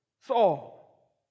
Saul